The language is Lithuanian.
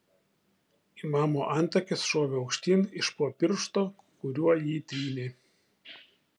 imamo antakis šovė aukštyn iš po piršto kuriuo jį trynė